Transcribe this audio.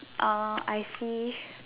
orh I see